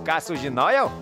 ką sužinojau